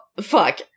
fuck